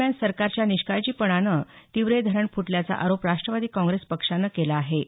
दरम्यान सरकारच्या निष्काळजीपणानं तिवरे धरण फुटल्याचा आरोप राष्ट्रवादी काँग्रेस पक्षानं केला आहे